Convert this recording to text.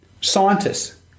scientists